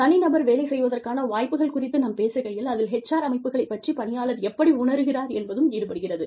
தனிநபர் வேலை செய்வதற்கான வாய்ப்புகள் குறித்து நாம் பேசுகையில் அதில் HR அமைப்புகளைப் பற்றி பணியாளர் எப்படி உணருகிறார் என்பதும் ஈடுபடுகிறது